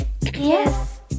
Yes